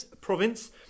province